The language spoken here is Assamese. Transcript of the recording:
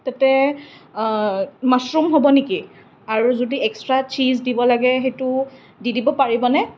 তাতে মাছৰুম হ'ব নেকি আৰু যদি এক্সট্ৰা চীজ দিব লাগে সেইটো দি দিব পাৰিবনে